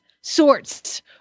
sorts